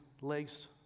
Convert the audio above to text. legs